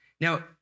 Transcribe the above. Now